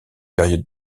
période